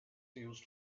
used